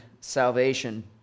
salvation